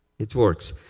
it works.